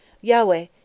Yahweh